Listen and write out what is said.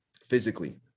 physically